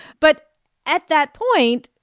but at that point,